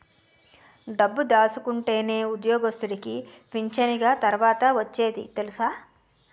డబ్బు దాసుకుంటేనే ఉద్యోగస్తుడికి పింఛనిగ తర్వాత ఒచ్చేది తెలుసా